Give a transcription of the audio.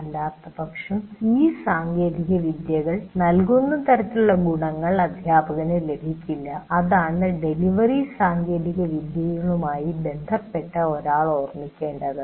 അല്ലാത്തപക്ഷം ഈ സാങ്കേതികവിദ്യകൾ നൽകുന്നതരത്തിലുള്ള ഗുണങ്ങൾ അധ്യാപകനു ലഭിക്കില്ല അതാണ് ഡെലിവറി സാങ്കേതിക വിദ്യകളുമായി ബന്ധപ്പെട്ട് ഒരാൾ ഓർമ്മിക്കേണ്ടത്